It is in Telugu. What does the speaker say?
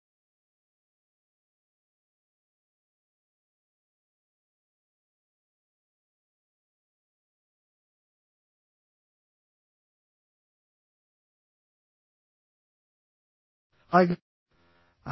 హాయ్